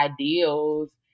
ideals